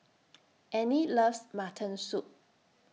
Anie loves Mutton Soup